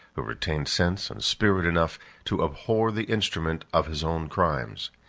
who retained sense and spirit enough to abhor the instrument of his own crimes.